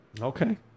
Okay